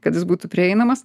kad jis būtų prieinamas